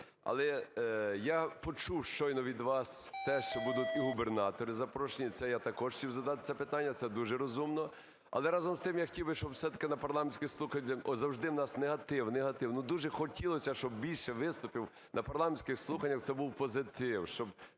Але я почув щойно від вас те, що будуть і губернатори запрошені, це я також хотів задати це питання, це дуже розумно. Але, разом з тим, я хотів би, щоб все-таки на парламентських слуханнях, завжди у нас негатив, негатив, дуже хотілося б, щоб більше виступів на парламентських слуханнях це був позитив.